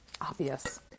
Obvious